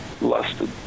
lusted